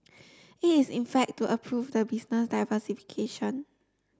it is in fact to approve the business diversification